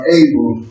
able